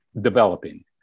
developing